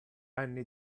anni